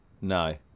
No